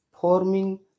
forming